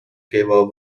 give